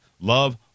love